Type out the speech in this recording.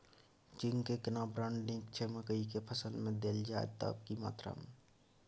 Zinc के केना brand नीक छैय मकई के फसल में देल जाए त की मात्रा में?